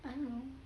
I don't know